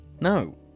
no